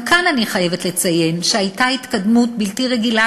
גם כאן אני חייבת לציין שהייתה התקדמות בלתי רגילה: